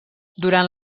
durant